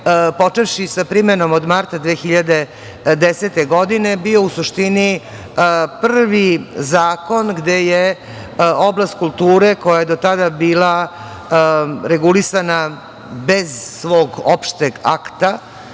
počevši sa primenom od marta 2010. godine, bio u suštini prvi zakon gde je oblast kultura, koja je do tada bila regulisana bez svog opšteg akta,